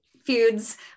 feuds